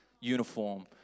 uniform